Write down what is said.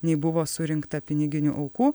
nei buvo surinkta piniginių aukų